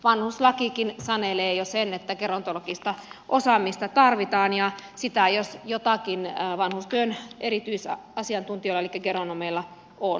vanhuslakikin sanelee jo sen että gerontologista osaamista tarvitaan ja sitä jos jotakin vanhustyön erityisasiantuntijoilla elikkä geronomeilla on